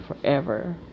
forever